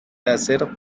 hacer